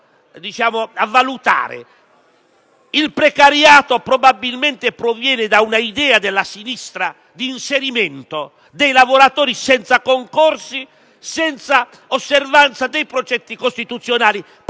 Il precariato probabilmente proviene da un'idea della sinistra di inserimento dei lavoratori senza concorsi, senza osservanza dei precetti costituzionali. Potrei